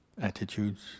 attitudes